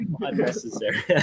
Unnecessary